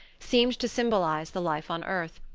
seemed to symbolize the life on earth,